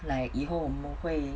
like 以后我们会